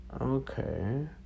Okay